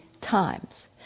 times